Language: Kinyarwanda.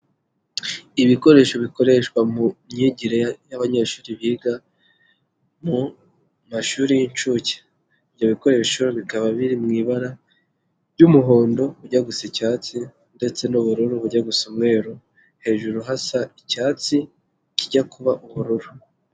Ibikoresho bikoreshwa mu myigire y'abanyeshuri biga mu mashuri y'inshuke, ibyo bikoresho bikaba biri mu ibara ry'umuhondo ujya gu gusa icyatsi ndetse n'ubururu bujya gusa umweru hejuru hasa icyatsi kijya kuba ubururu.